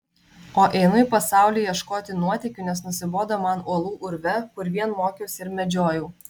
o einu į pasaulį ieškoti nuotykių nes nusibodo man uolų urve kur vien mokiausi ir medžiojau